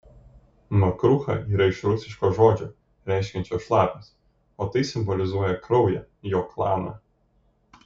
makrucha yra iš rusiško žodžio reiškiančio šlapias o tai simbolizuoja kraują jo klaną